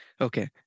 Okay